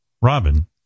Robin